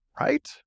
Right